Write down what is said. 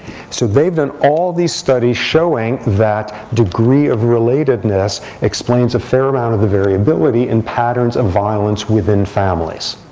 so they've been all these studies showing that degree of relatedness explains a fair amount of the variability in patterns of violence within families.